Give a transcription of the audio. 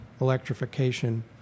electrification